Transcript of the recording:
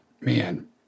man